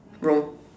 wrong